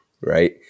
Right